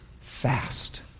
Fast